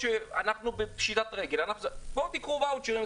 אדוני, אנחנו נפשוט את הרגל, קח את הוואוצ'ר.